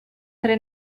tre